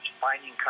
finding